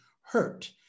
hurt